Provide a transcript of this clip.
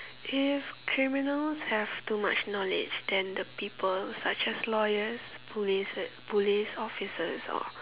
if criminals have too much knowledge then the people such as lawyers police police officers or